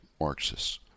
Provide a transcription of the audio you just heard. Marxists